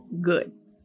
good